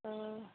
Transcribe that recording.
अ